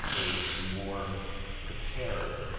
a a more prepared